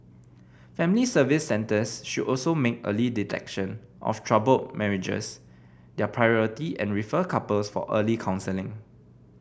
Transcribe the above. family Service Centres should also make early detection of troubled marriages their priority and refer couples for early counselling